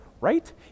right